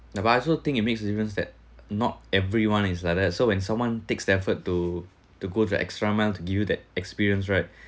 no but I also think it makes difference that not everyone is like that so when someone takes their effort to to go to extra mile to give you that experience right